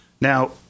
Now